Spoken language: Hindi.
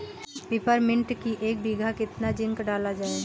पिपरमिंट की एक बीघा कितना जिंक डाला जाए?